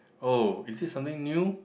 oh is it something new